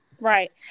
Right